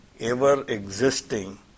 ever-existing